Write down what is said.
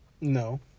No